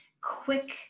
quick